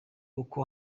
uko